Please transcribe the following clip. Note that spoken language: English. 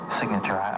signature